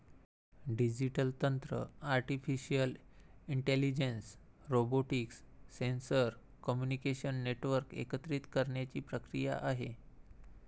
digital तंत्र artificial intelligence, robotics, sensor, communication network एकत्रित करण्याची प्रक्रिया आहे